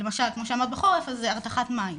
למשל כמו שאמרת בחורף, אז זה הרתחת מים,